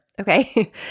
okay